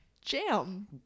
jam